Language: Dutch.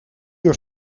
uur